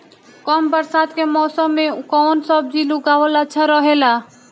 कम बरसात के मौसम में कउन सब्जी उगावल अच्छा रहेला?